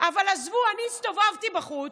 אבל עזבו, אני הסתובבתי בחוץ,